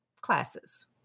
classes